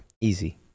Easy